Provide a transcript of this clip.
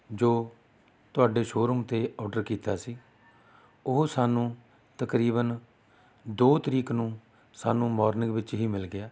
ਜੋ ਤੁਹਾਡੇ ਸ਼ੋਅਰੂਮ 'ਤੇ ਓਰਡਰ ਕੀਤਾ ਸੀ ਉਹ ਸਾਨੂੰ ਤਕਰੀਬਨ ਦੋ ਤਰੀਕ ਨੂੰ ਸਾਨੂੰ ਮੌਰਨਿੰਗ ਵਿੱਚ ਹੀ ਮਿਲ ਗਿਆ